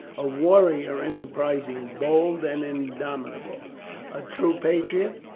a warrior enterprising, bold, and indomitable a true patriot?